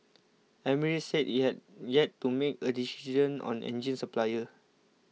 Emirates said it had yet to make a decision on engine supplier